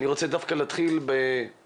אני רוצה דווקא להתחיל בשגרה,